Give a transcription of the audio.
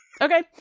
Okay